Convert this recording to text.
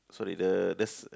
sorry the the s~